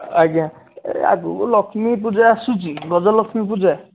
ଆଜ୍ଞା ଏ ଆଗକୁ ଲକ୍ଷ୍ମୀ ପୂଜା ଆସୁଛି ଗଜଲକ୍ଷ୍ମୀ ପୂଜା